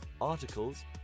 articles